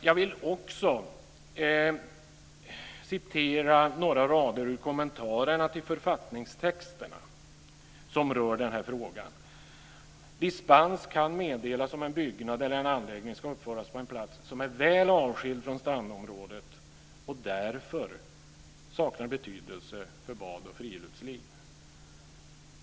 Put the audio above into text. Jag vill också citera några rader ur kommentarerna till författningstexterna som rör denna fråga. "Dispens kan meddelas om en byggnad eller en anläggning skall uppföras på en plats som är väl avskild från strandområdet och därför saknar betydelse för bad och friluftsliv.